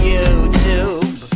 YouTube